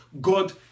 God